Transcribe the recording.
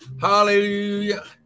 Hallelujah